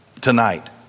tonight